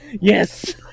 Yes